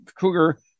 cougar